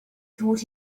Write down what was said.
thought